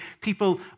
people